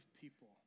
people